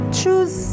choose